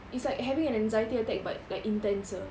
it's like having an anxiety attack but like intenser